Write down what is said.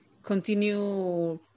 continue